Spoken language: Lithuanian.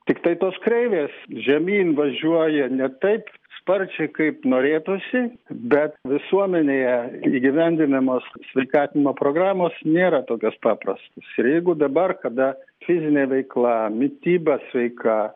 tiktai tos kreivės žemyn važiuoja ne taip sparčiai kaip norėtųsi bet visuomenėje įgyvendinamos sveikatinimo programos nėra tokios paprastos ir jeigu dabar kada fizinė veikla mityba sveika